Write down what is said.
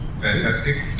Fantastic